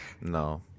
no